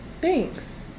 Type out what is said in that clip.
thanks